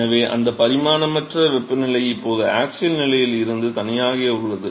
எனவே அந்த பரிமாணமற்ற வெப்பநிலை இப்போது ஆக்ஸியல் நிலையில் இருந்து தனியாக உள்ளது